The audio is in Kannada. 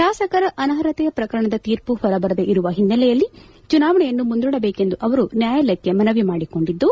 ಶಾಸಕರ ಅನರ್ಹತೆ ಪ್ರಕರಣದ ತೀರ್ಪು ಹೊರಬರದೆ ಇರುವ ಹಿನ್ನೆಲೆಯಲ್ಲಿ ಚುನಾವಣೆಯನ್ನು ಮುಂದೂಡಬೇಕೆಂದು ಅವರು ನ್ಹಾಯಾಲಯಕ್ಕೆ ಮನವಿ ಮಾಡಿಕೊಂಡಿದ್ದು